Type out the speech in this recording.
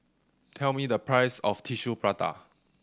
tell me the price of Tissue Prata